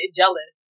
jealous